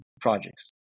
projects